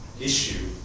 issue